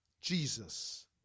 Jesus